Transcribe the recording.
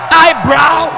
eyebrow